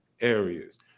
areas